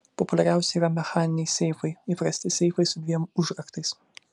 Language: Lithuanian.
populiariausi yra mechaniniai seifai įprasti seifai su dviem užraktais